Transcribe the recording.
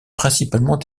principalement